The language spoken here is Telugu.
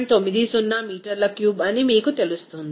90 మీటర్ల క్యూబ్ అని మీకు తెలుస్తుంది